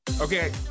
Okay